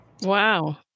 Wow